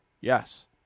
yes